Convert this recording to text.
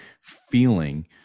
feeling